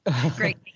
Great